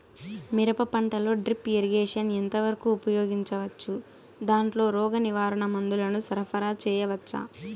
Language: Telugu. మిరప పంటలో డ్రిప్ ఇరిగేషన్ ఎంత వరకు ఉపయోగించవచ్చు, దాంట్లో రోగ నివారణ మందుల ను సరఫరా చేయవచ్చా?